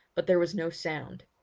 but there was no sound.